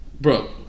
bro